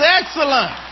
excellent